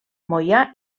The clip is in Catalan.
moià